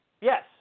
Yes